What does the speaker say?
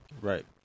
Right